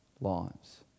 lives